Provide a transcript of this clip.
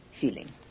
feeling